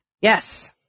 Yes